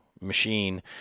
machine